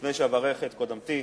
לפני שאברך את קודמתי,